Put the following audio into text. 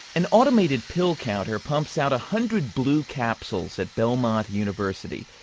an automated pill counter pumps out a hundred blue capsules at belmont university.